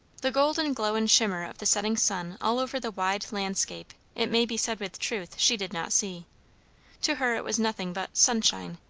the golden glow and shimmer of the setting sun all over the wide landscape, it may be said with truth, she did not see to her it was nothing but sunshine,